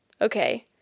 okay